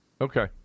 okay